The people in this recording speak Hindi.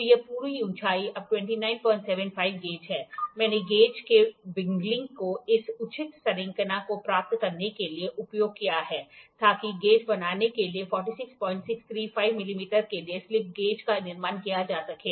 तो यह पूरी ऊंचाई अब 2975 गेज है मैंने गेज के वि्ंगिंग को इस उचित संरेखण को प्राप्त करने के लिए उपयोग किया है ताकि गेज बनाने के लिए 46635 मिलीमीटर के लिए स्लिप गेज का निर्माण किया जा सके